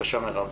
בבקשה מירב.